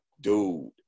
dude